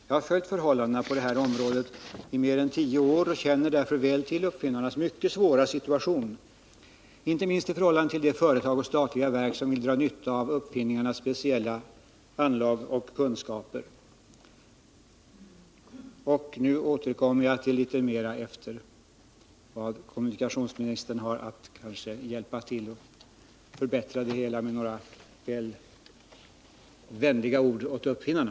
Jag har följt förhållandena på detta område i mer än tio år och Måndagen den känner därför väl till uppfinnarnas mycket svåra situation, inte minst i 9 juni 1980 förhållande till de företag och statliga verk som vill dra nytta av uppfinnarnas speciella anlag och kunskaper. Om statens nämnd Nu kan kanske kommunikationsministern hjälpa till och förbättra det hela med några vänliga ord till uppfinnarna.